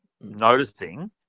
noticing